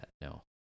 no